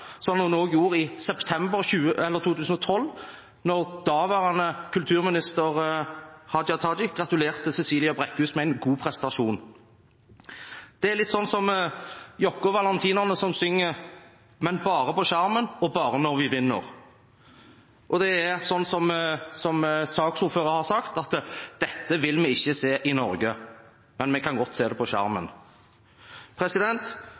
så fall dobbeltmoral, men det er ikke overraskende at dobbeltmoralen blomstrer, som den også gjorde i september 2012 da daværende kulturminister Hadia Tajik gratulerte Cecilia Brækhus med en god prestasjon. Det er litt som når Jokke & Valentinerne synger «men bare på skjermen og bare når vi vinner». Og som saksordføreren har sagt, at dette vil vi ikke se i Norge, men vi kan godt se det på skjermen.